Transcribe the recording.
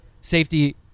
safety